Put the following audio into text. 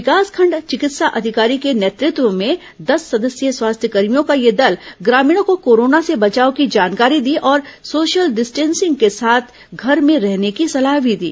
विकासखंड चिकित्सा अधिकारी के नेतृत्व में दस सदस्यीय स्वास्थ्यकर्मियों का यह दल ग्रामीणों को कोरोना से बचाव की जानकारी दी तथा सोशल डिस्टेंसिंग के साथ साथ घर में रहने की सलाह भी दी